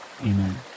Amen